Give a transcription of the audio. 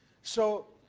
so